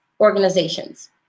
organizations